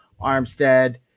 Armstead